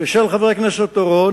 ושל חבר הכנסת אורון,